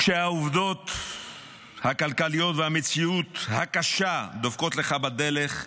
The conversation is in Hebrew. כשהעובדות הכלכליות והמציאות הקשה דופקות לך בדלת,